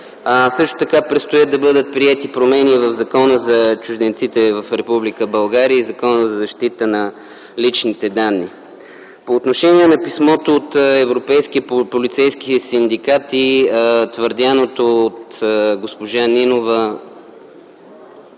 за МВР. Предстоят да бъдат приети промени в Закона за чужденците в Република България и Закона за защита на личните данни. По отношение на писмото от Европейския полицейски синдикат и твърдяното от госпожа Нинова,